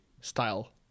style